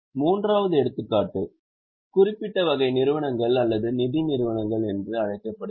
மூன்றாவது எடுத்துக்காட்டு குறிப்பிட்ட வகை நிறுவனங்கள் நிதி நிறுவனங்கள் என்று அழைக்கப்படுகிறது